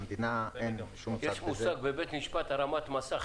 יש משפט שנקרא הרמת מסך.